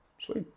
sweet